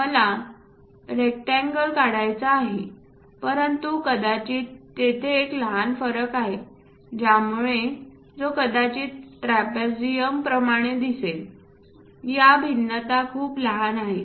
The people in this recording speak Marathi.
मला रेक्टेंगल काढायचा आहे परंतु कदाचित तेथे एक लहान फरक आहे त्यामुळे जो कदाचित ट्रॅपेझियम प्रमाणे दिसेल या भिन्नता खूप लहान आहेत